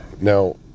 Now